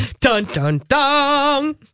Dun-dun-dung